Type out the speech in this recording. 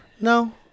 No